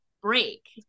break